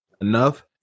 enough